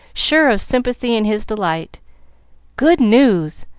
sure of sympathy in his delight good news!